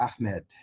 Ahmed